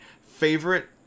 Favorite